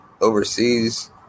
overseas